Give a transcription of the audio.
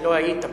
כשלא היית פה,